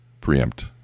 preempt